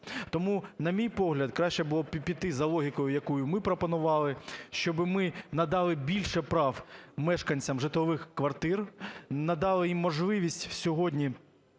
Тому, на мій погляд, краще було піти за логікою, яку ми пропонували, щоб ми надали більше прав мешканцям житлових квартир, надали їм можливість сьогодні